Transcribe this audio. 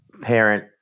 parent